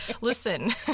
listen